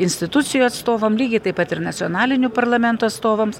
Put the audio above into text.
institucijų atstovam lygiai taip pat ir nacionalinių parlamentų atstovams